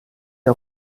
der